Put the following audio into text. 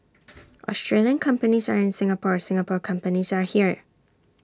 Australian companies are in Singapore Singapore companies are here